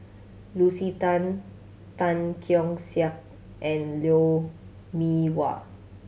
Lucy Tan Tan Keong Saik and Lou Mee Wah